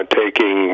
taking